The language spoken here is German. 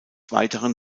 weiteren